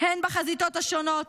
הן בחזיתות השונות